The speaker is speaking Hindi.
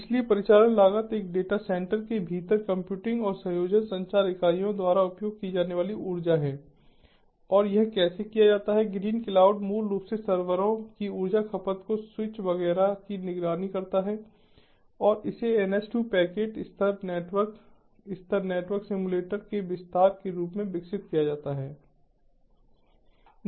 इसलिए परिचालन लागत एक डेटा सेंटर के भीतर कंप्यूटिंग और संयोजन संचार इकाइयों द्वारा उपयोग की जाने वाली ऊर्जा है और यह कैसे किया जाता है ग्रीनक्लाउड मूल रूप से सर्वरों की ऊर्जा खपत को स्विच वगैरह की निगरानी करता है और इसे NS2 पैकेट स्तर नेटवर्क स्तर नेटवर्क सिम्युलेटर के विस्तार के रूप में विकसित किया जाता है